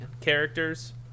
characters